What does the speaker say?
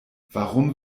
warum